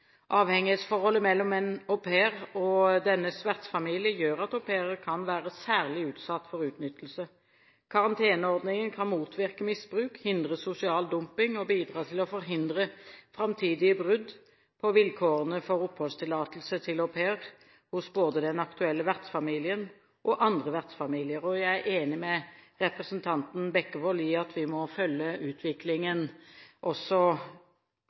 Avhengighetsforholdet mellom en au pair og dennes vertsfamilie gjør at au pairer kan være særlig utsatt for utnyttelse. Karanteneordningen kan motvirke misbruk, hindre sosial dumping og bidra til å forhindre framtidige brudd på vilkårene for oppholdstillatelse til au pair hos både den aktuelle vertsfamilien og andre vertsfamilier. Og jeg er enig med representanten Bekkevold i at vi må følge utviklingen,